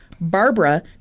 Barbara